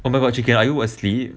oh my god chee ken are you asleep